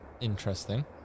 Interesting